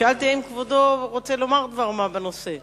שאלתי, האם כבודו רוצה לומר דבר מה בנושא?